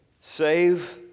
Save